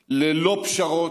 ללא פשרות